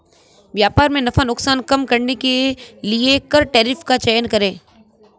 व्यापार में नफा नुकसान कम करने के लिए कर टैरिफ का चयन करे